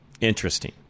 interesting